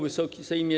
Wysoki Sejmie!